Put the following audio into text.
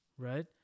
Right